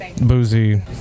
boozy